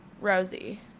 Rosie